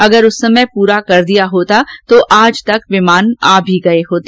अगर उस समय पूरा कर दिया होता तो आज तक विमान भी आ गए होते